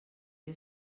què